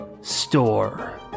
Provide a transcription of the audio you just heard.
store